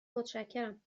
متشکرم